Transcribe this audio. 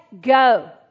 go